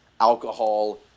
alcohol